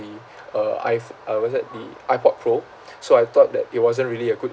uh ipho~ what's that the ipod pro so I thought that it wasn't really a good